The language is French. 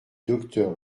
docteur